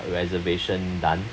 reservation done